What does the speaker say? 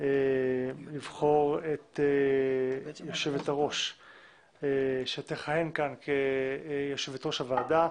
לבחור את היושבת-ראש שתכהן כאן כיושבת-ראש הוועדה.